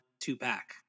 two-pack